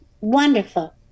wonderful